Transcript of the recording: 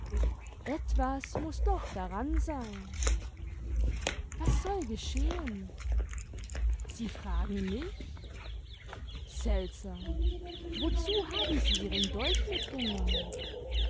etwas muß doch daran sein was soll geschehen sie fragen mich seltsam wozu haben sie ihren dolch mitgenommen